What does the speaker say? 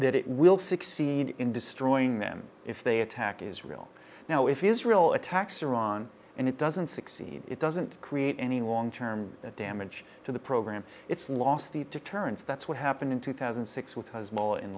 that it will succeed in destroying them if they attack israel now if israel attacks iran and it doesn't succeed it doesn't create any long term damage to the program it's lost the to turns that's what happened in two thousand and six with